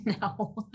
No